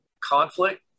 conflict